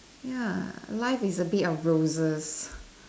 ya life is a bed of roses